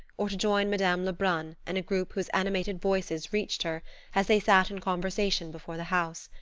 or to join madame lebrun and a group whose animated voices reached her as they sat in conversation before the house.